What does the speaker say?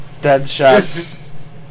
Deadshot's